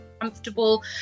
comfortable